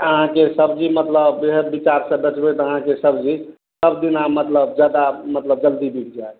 अहाँके सब्जी मतलब इएहे विचारसँ बेचबय तऽ अहाँके सब्जी सब दिना मतलब जादा मतलब जल्दी बिक जायत